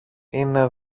είναι